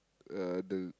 uh the